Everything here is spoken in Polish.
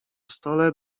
stole